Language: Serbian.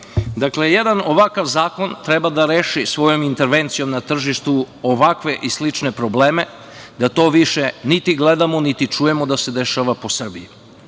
Dakle, jedan ovakav zakon treba da reši svojom intervencijom na tržištu ovakve i slične probleme, da to više niti gledamo, niti čujemo da se dešava po Srbiji. Još